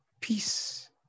peace